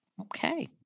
Okay